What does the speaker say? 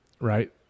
right